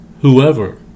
whoever